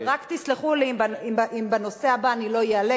רק תסלחו לי אם בנושא הבא אני לא אעלה,